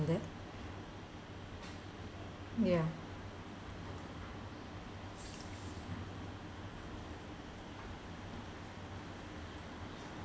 on it ya